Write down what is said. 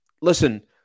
listen